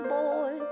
boy